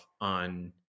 on